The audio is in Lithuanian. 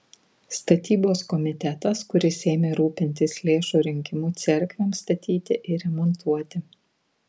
statybos komitetas kuris ėmė rūpintis lėšų rinkimu cerkvėms statyti ir remontuoti